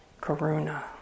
karuna